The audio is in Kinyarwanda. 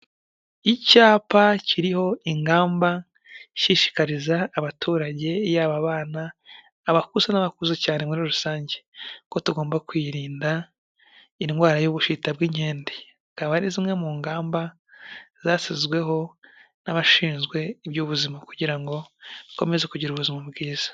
Icyapa kiriho ingamba ishishikariza abaturage yaba abana abakusa n'abakuze cyane muri rusange ko tugomba kwirinda indwara y'ubushita bw'inkende akaba ari zimwe mu ngamba zashyizweho n'abashinzwe iby'ubuzima kugira ngo bakomeze kugira ubuzima bwiza .